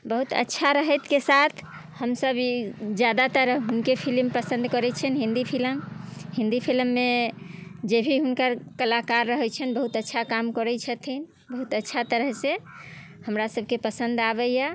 बहुत अच्छा रहैतके साथ हमसब ई ज्यादातर हुनके फिलिम पसन्द करै छिअनि हिन्दी फिलिम हिन्दी फिलिममे जे भी हुनकर कलाकार रहै छनि बहुत अच्छा काम करै छथिन बहुत अच्छा तरहसँ हमरा सबके पसन्द आबैए